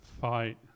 Fight